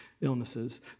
illnesses